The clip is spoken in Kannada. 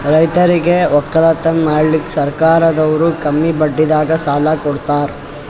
ರೈತರಿಗ್ ವಕ್ಕಲತನ್ ಮಾಡಕ್ಕ್ ಸರ್ಕಾರದವ್ರು ಕಮ್ಮಿ ಬಡ್ಡಿದಾಗ ಸಾಲಾ ಕೊಡ್ತಾರ್